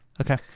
Okay